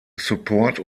support